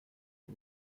aux